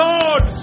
Lord